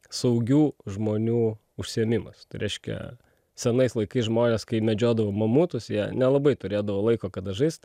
saugių žmonių užsiėmimas tai reiškia senais laikais žmonės kai medžiodavo mamutus jie nelabai turėdavo laiko kada žaist